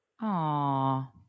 Aw